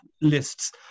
lists